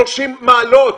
30 מעלות,